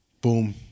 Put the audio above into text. Boom